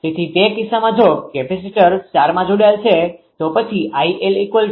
તેથી તે કિસ્સામાં જો કેપેસિટર સ્ટારમાં જોડાયેલ છે તો પછી 𝐼𝐿𝐼𝐶23